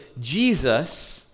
Jesus